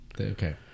Okay